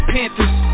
Panthers